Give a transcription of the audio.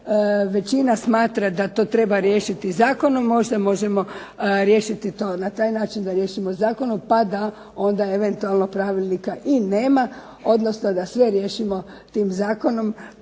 većina smatra da to trebamo riješiti zakonom, možda možemo riješiti to na taj način da riješimo zakonom, pa da onda eventualno pravilnika i nema, odnosno da sve riješimo tim zakonom